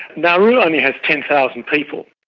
nauru only has ten thousand people.